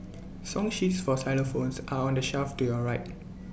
song sheets for xylophones are on the shelf to your right